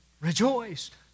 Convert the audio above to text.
rejoiced